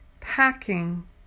Packing